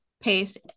pace